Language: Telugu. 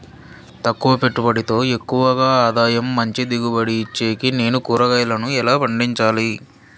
తక్కువ పెట్టుబడితో ఎక్కువగా ఆదాయం మంచి దిగుబడి ఇచ్చేకి నేను కూరగాయలను ఎలా పండించాలి?